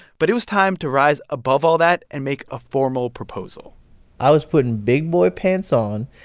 but it was time to rise above all that and make a formal proposal i was putting big-boy pants on,